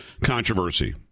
controversy